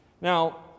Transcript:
Now